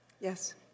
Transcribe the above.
Yes